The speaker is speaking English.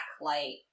light